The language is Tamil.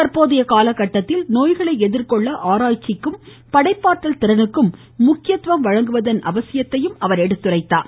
தற்போதைய கால கட்டத்தில் நோய்களை எதிர்கொள்ள ஆராய்ச்சிக்கும் படைப்பாற்றல் திறனுக்கும் முக்கியத்துவம் வழங்குவதன் அவசியத்தையும் அவர் எடுத்துரைத்தார்